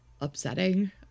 upsetting